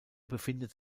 befindet